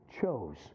chose